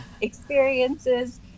experiences